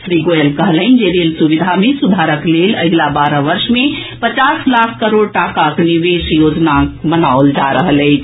श्री गोयल कहलनि जे रेल सुविधा मे सुधारक लेल अगिला बारह वर्ष मे पचास लाख करोड़ टाकाक निवेशक योजना बनाओल जा रहल अछि